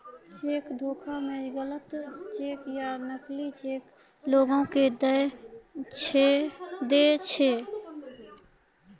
cheque धोखा मे गलत चेक या नकली चेक लोगो के दय दै छै